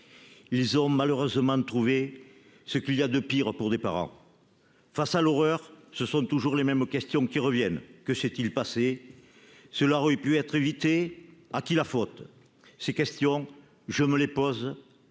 Ils y ont malheureusement trouvé ce qu'il y a de pire pour des parents ... Face à l'horreur, ce sont toujours les mêmes questions qui reviennent : que s'est-il passé ? Cela aurait-il pu être évité ? À qui la faute ? Ces questions, je me les pose